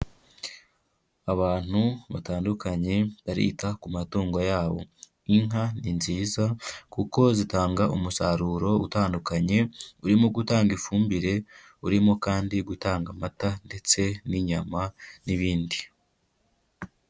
Abantu batandukanye barita ku matungo yabo. Inka ni nziza kuko zitanga umusaruro utandukanye, urimo gutanga ifumbire, urimo kandi gutanga amata ndetse n'inyama n'ibindi.